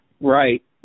Right